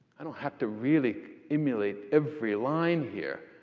i don't have to really emulate every line here.